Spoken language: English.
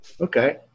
Okay